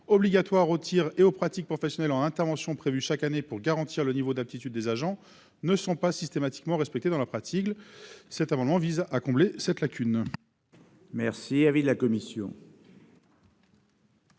obligatoires aux tirs et aux pratiques professionnelles en intervention prévus chaque année pour garantir le niveau d'aptitude des agents ne sont pas systématiquement respectés dans la pratique. Cet amendement vise à combler cette lacune.